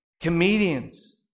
Comedians